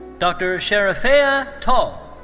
dr. serife ah tol.